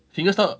fingerstyle